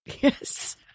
Yes